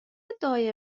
ادعای